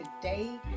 today